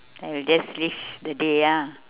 and you'll just live the day ah